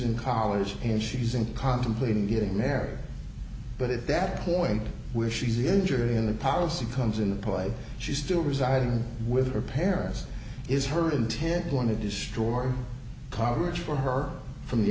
in college and she's in contemplating getting married but at that point where she's injured in the policy comes into play she still residing with her parents is her intent going to destroy or cottage for her from the